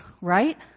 right